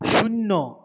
শূন্য